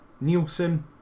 Nielsen